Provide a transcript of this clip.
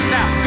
Now